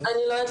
אני לא יודעת